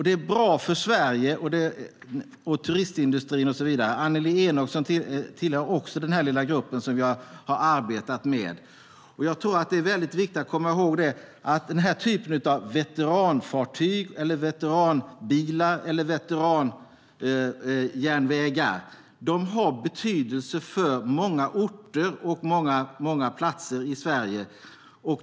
Det är bra för Sverige, turistindustrin och så vidare. Annelie Enochson tillhör också denna lilla grupp som jag har arbetat med. Veteranfartyg, veteranbilar och veteranjärnvägar har betydelse för många orter och platser i Sverige.